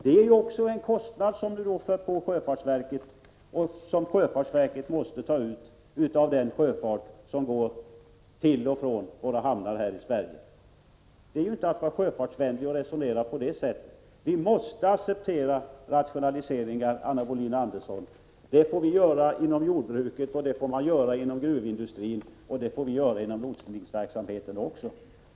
Det innebär att en kostnad påförs sjöfartsverket som måste tas av den sjöfart som går till och från hamnarna i Sverige. Det är inte sjöfartsvänligt att resonera på det sättet. Vi måste acceptera rationaliseringar, Anna Wohlin-Andersson. Det får man göra inom jordbruket och inom gruvindustrin, och det måste vi göra även inom lotsningsverksamheten.